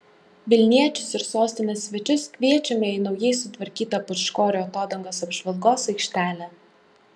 vilniečius ir sostinės svečius kviečiame į naujai sutvarkytą pūčkorių atodangos apžvalgos aikštelę